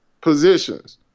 positions